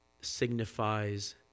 signifies